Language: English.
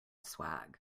swag